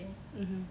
mmhmm